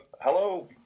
Hello